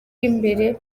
imbere